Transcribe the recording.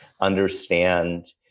understand